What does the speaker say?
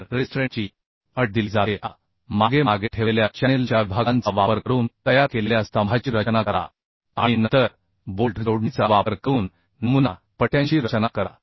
तर रिस्ट्रेन्ट ची अट दिली जाते आता मागे मागे ठेवलेल्या चॅनेल च्या विभागांचा वापर करून तयार केलेल्या स्तंभाची रचना करा आणि नंतर बोल्ट जोडणीचा वापर करून नमुना पट्ट्यांची रचना करा